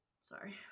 sorry